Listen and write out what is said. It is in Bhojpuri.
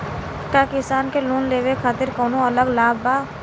का किसान के लोन लेवे खातिर कौनो अलग लाभ बा?